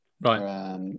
Right